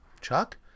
Chuck